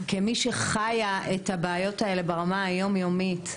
כמי שחיה את הבעיות האלה ברמה היומיומית,